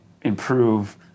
improve